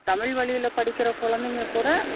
தமிழ் வழியில் படிக்கின்ற குழந்தைங்க கூட